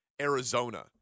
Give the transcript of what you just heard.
Arizona